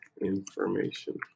information